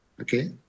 Okay